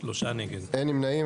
3 נמנעים,